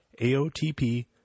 AOTP